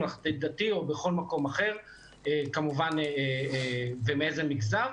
ממלכתי-דתי או בכל מקום אחר ומאיזה מגזר,